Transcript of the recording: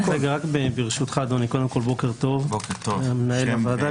בוקר טוב למנהל הוועדה,